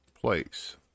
place